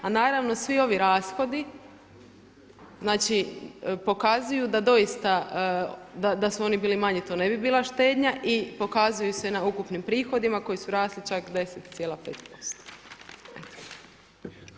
A naravno svi ovi rashodi, znači pokazuju da doista, da su oni bili manji to ne bi bila štednja i pokazuju se na ukupnim prihodima koji su rasli čak 10,5%